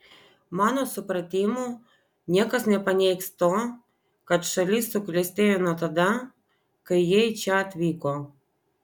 mano supratimu niekas nepaneigs to kad šalis suklestėjo nuo tada kai jie į čia atvyko